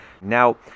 Now